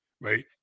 right